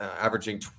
averaging